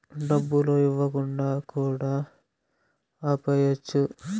డబ్బులు ఇవ్వకుండా కూడా ఆపేయచ్చు